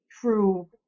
true